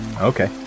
Okay